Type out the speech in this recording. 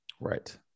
Right